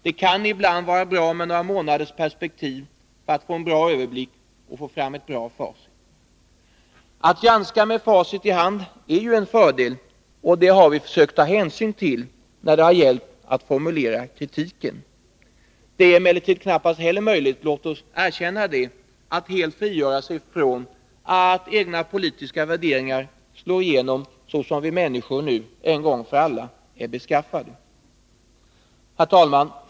Det kan ibland vara bra med några månaders perspektiv för att man skall kunna få en bra överblick och få fram facit. Att granska med facit i handen är en fördel, och det har vi försökt ta hänsyn till när det har gällt att formulera kritiken. Det är emellertid knappast möjligt för oss — låt oss erkänna det — att helt frigöra oss från att egna politiska värderingar slår igenom, såsom vi människor nu en gång är beskaffade.